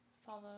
Follow